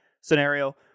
scenario